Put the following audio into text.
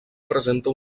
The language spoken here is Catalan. presenta